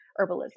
herbalism